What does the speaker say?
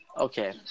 Okay